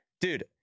dude